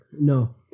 No